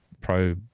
pro